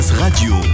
Radio